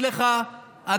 כל הכבוד.